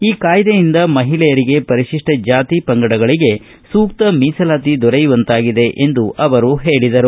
ಈ ಕಾಯ್ದೆಯಿಂದ ಮಹಿಳೆಯರಿಗೆ ಪರಿಶಿಷ್ಟ ಜಾತಿ ಪಂಗಡಗಳಿಗೆ ಸೂಕ್ತ ಮೀಸಲಾತಿ ದೊರೆಯುವಂತಾಗಿದೆ ಎಂದು ಅವರು ಹೇಳಿದರು